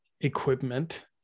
equipment